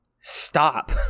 stop